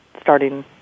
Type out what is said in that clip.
starting